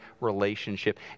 relationship